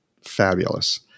fabulous